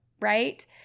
right